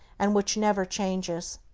and which never changes.